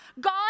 God